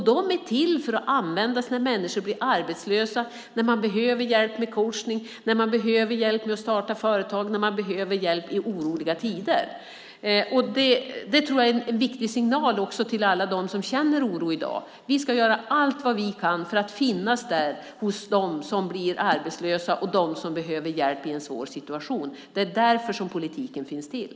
De är till för att användas när människor blir arbetslösa, när de behöver hjälp med coachning, när de behöver hjälp med att starta företag, när de behöver hjälp i oroliga tider. Det tror jag är en viktig signal till alla dem som känner oro i dag. Vi ska göra allt vad vi kan för att finnas där hos dem som blir arbetslösa och dem som behöver hjälp i en svår situation. Det är därför som politiken finns till.